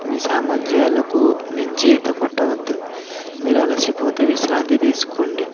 మీ సామర్థ్యాలకు మించి ఈత కొట్టవద్దు మీరు అలసి పోతే విశ్రాంతి తీసుకోండి